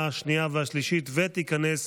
11 בעד, אין מתנגדים ואין נמנעים.